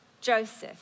Joseph